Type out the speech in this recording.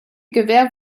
gewähr